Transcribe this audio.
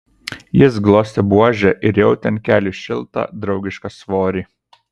jis glostė buožę ir jautė ant kelių šiltą draugišką svorį